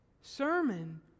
sermon